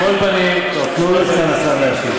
על כל פנים, טוב, תנו לסגן השר להשיב.